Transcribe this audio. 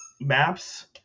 maps